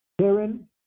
Karen